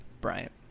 Bryant